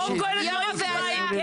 ברוכים הבאים לוועדת חוק, חוקה ומשפט.